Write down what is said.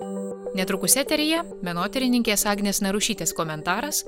netrukus eteryje menotyrininkės agnės narušytės komentaras